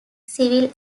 civil